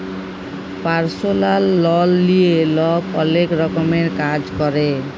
পারসলাল লল লিঁয়ে লক অলেক রকমের কাজ ক্যরে